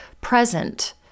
present